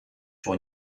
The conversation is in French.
sur